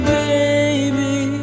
baby